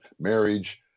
marriage